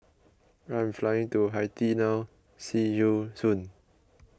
I am flying to Haiti now see you soon